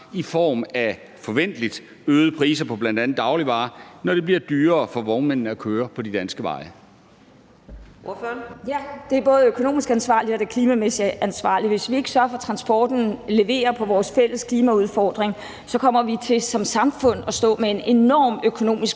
i form af forventeligt øgede priser på bl.a. dagligvarer, når det bliver dyrere for vognmændene at køre på de danske veje. Kl. 13:56 Fjerde næstformand (Karina Adsbøl): Ordføreren. Kl. 13:56 Pia Olsen Dyhr (SF): Ja, det er både økonomisk ansvarligt og klimamæssigt ansvarligt. Hvis vi ikke sørger for, at transporten leverer på vores fælles klimaudfordring, så kommer vi til som samfund at stå med en enorm økonomisk